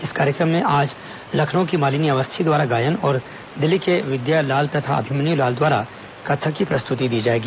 इस कार्यक्रम में आज लखनऊ की मालिनी अवस्थी द्वारा गायन और दिल्ली के विद्यालाल तथा अभिमन्यु लाल द्वारा कत्थक की प्रस्तुति दी जाएगी